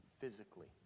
physically